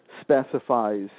specifies